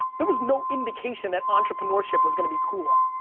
there was no indication that entrepreneurship was gonna be cool.